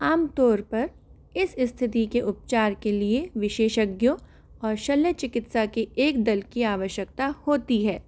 आम तौर पर इस स्थिति के उपचार के लिए विशेषज्ञों और शल्य चिकित्सा के एक दल की आवश्यकता होती है